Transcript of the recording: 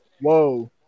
whoa